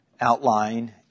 outline